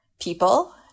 people